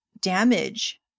damage